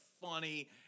funny